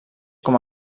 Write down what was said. com